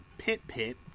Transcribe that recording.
Pit-pit